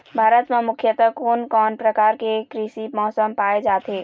भारत म मुख्यतः कोन कौन प्रकार के कृषि मौसम पाए जाथे?